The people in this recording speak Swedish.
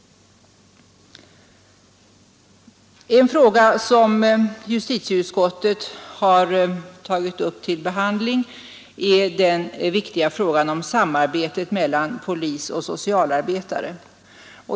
En fråga som justitieutskottet har tagit upp till behandling är det viktiga samarbetet mellan polis och socialarbetare.